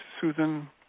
Susan